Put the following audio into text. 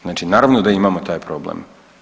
Znači naravno da imamo taj problem.